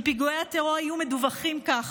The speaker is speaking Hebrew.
אם פיגועי הטרור היו מדווחים כך,